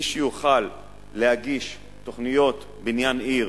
מי שיוכל להגיש תוכניות בניין עיר